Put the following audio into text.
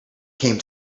came